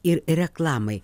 ir reklamai